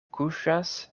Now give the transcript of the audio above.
kuŝas